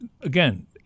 again